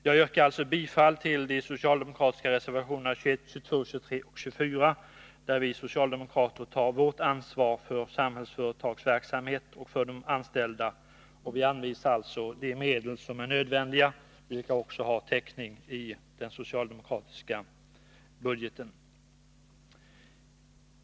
Jag yrkar bifall till de socialdemokratiska reservationerna 21, 22, 23 och 24, där vi socialdemokrater tar vårt ansvar för Samhällsföretags verksamhet och för de anställda och anvisar de medel som är nödvändiga, vilka också har täckning i den socialdemokratiska budgeten.